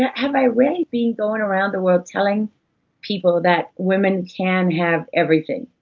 and have i really been going around the world telling people that women can have everything?